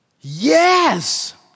Yes